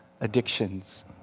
Addictions